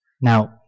now